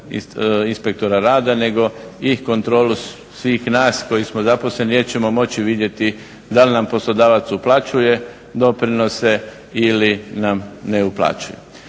inspektora rada nego i kontrolu svih nas koji smo zaposleni jer ćemo moći vidjeti da li nam poslodavac uplaćuje doprinose ili nam ne uplaćuje.